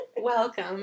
welcome